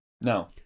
No